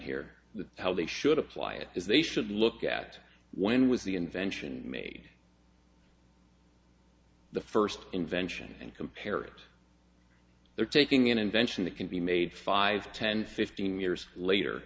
the how they should apply it is they should look at when was the invention made the first invention and compare it they're taking an invention that can be made five ten fifteen years later